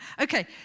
Okay